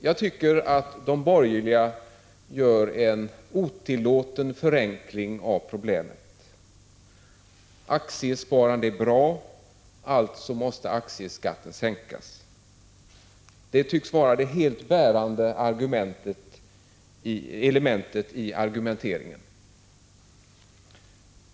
Jag tycker att de borgerliga gör en otillåten förenkling av problemet. Aktiesparandet är bra, alltså måste aktieskatten sänkas. Det tycks vara det helt bärande elementet i argumenteringen.